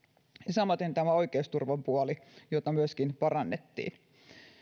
samaten tämä oikeusturvan puoli jota myöskin parannettiin